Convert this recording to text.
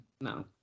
no